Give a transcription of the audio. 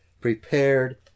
prepared